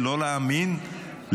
לא להאמין,